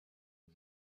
aux